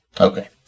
Okay